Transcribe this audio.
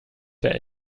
der